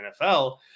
NFL